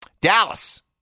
Dallas